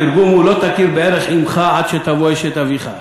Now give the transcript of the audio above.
התרגום הוא: לא תכיר בערך אמך עד שתבוא אשת אביך.